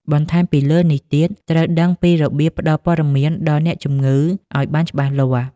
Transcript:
បន្ថែមពីលើនេះទៀត ត្រូវដឹងពីរបៀបផ្ដល់ព័ត៌មានដល់អ្នកជំងឺឲ្យបានច្បាស់លាស់។